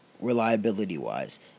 reliability-wise